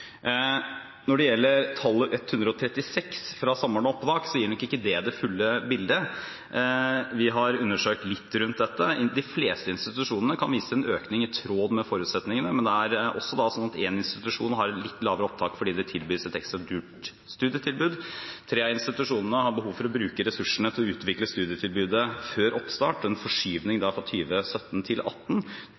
Når det gjelder tallet 136 fra Samordna opptak, gir ikke det det fulle bildet. Vi har undersøkt litt rundt dette. De fleste institusjonene kan vise til en økning i tråd med forutsetningene. Men det er sånn at én institusjon har et litt lavere opptak fordi det tilbys et ekstra dyrt studietilbud. Tre av institusjonene har behov for å bruke ressursene til å utvikle studietilbudet før oppstart, en forskyvning fra 2017 til